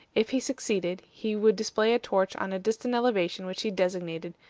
if he succeeded, he would display a torch on a distant elevation which he designated,